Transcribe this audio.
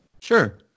Sure